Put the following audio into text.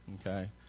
Okay